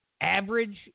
average